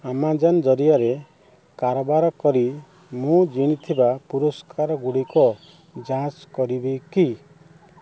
Amazon ଜରିଆରେ କାରବାର କରି ମୁଁ ଜିଣିଥିବା ପୁରସ୍କାରଗୁଡ଼ିକ ଯାଞ୍ଚ କରିବେ କି